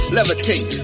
Levitate